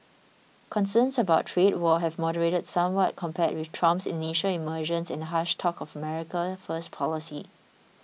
concerns about a trade war have moderated somewhat compared with Trump's initial emergence and harsh talk of America first policy